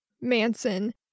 Manson